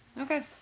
Okay